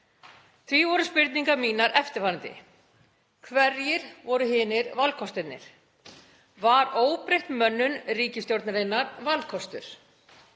Því voru spurningar mínar eftirfarandi: Hverjir voru hinir valkostirnir? Var óbreytt mönnun ríkisstjórnarinnar valkostur?